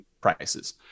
prices